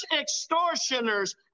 extortioners